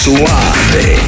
Suave